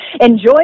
enjoy